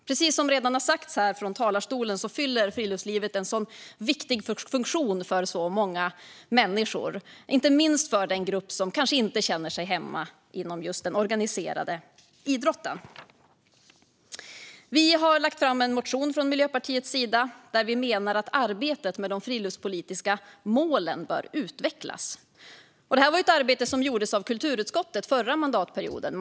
Precis som redan har sagts från talarstolen här fyller friluftslivet en viktig funktion för många människor, inte minst för den grupp som kanske inte känner sig hemma inom just den organiserade idrotten. Miljöpartiet har väckt en motion där vi menar att arbetet med de friluftspolitiska målen bör utvecklas. Detta var ett arbete som gjordes av kulturutskottet under förra mandatperioden.